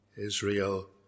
Israel